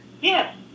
Yes